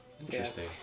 Interesting